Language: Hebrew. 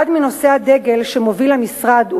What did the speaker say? אחד מנושאי הדגל שהמשרד מוביל,